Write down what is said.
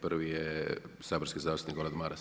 Prvi je saborski zastupnik Gordan Maras.